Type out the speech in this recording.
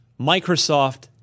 Microsoft